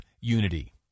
unity